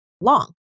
long